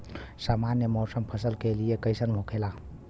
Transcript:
सामान्य मौसम फसल के लिए कईसन होखेला?